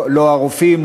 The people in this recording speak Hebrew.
לא לרופאים,